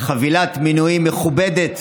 חבילת מינויים מכובדת